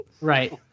right